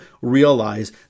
realize